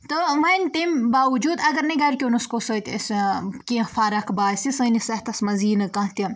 تہٕ وۅنۍ تَمہِ باوجوٗد اگر نے گَرِِکٮ۪و نُسخو سۭتۍ أسۍ کیٚنٛہہ فرق باسہِ سٲنِس صحت منٛز یی نہٕ کانٛہہ تہِ